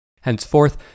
Henceforth